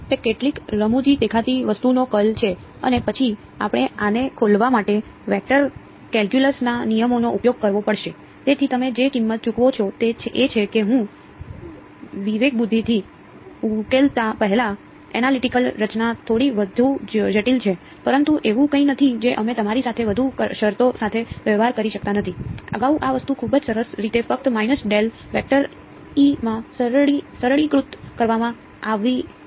તે કેટલીક રમૂજી દેખાતી વસ્તુનું કર્લ છે અને પછી આપણે આને ખોલવા માટે વેક્ટર કેલ્ક્યુલસ રચના થોડી વધુ જટિલ છે પરંતુ એવું કંઈ નથી જે અમે તમારી સાથે વધુ શરતો સાથે વ્યવહાર કરી શકતા નથી અગાઉ આ વસ્તુ ખૂબ જ સરસ રીતે ફક્ત માં સરળીકૃત કરવામાં આવી હતી